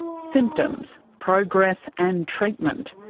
symptoms, progress and treatment.